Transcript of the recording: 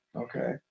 Okay